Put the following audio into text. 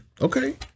Okay